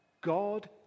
God